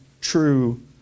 true